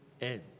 end